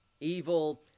evil